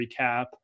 recap